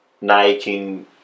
Nike